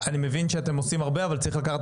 אני מבין שאתם עושים הרבה אבל צריך לקחת